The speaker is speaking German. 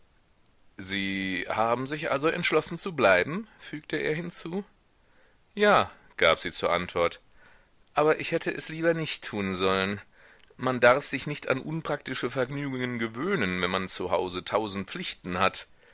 sie haben sich also entschlossen zu bleiben fügte er hinzu ja gab sie zur antwort aber ich hätte es lieber nicht tun sollen man darf sich nicht an unpraktische vergnügungen gewöhnen wenn man zu hause tausend pflichten hat